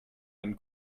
einen